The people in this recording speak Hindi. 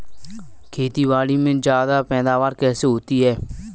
खेतीबाड़ी में ज्यादा पैदावार कैसे होती है?